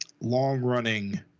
long-running